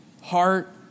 heart